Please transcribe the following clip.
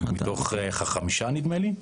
מתוך חמישה, נדמה לי.